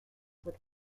with